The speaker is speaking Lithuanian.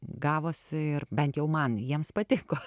gavosi ir bent jau man jiems patiko